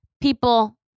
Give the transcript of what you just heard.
People